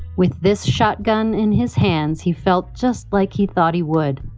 with this shotgun in his hands, he felt just like he thought he would.